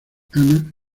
ana